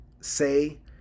Say